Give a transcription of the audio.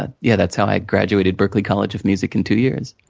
ah yeah, that's how i graduated berklee college of music in two years.